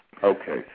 Okay